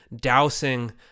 dousing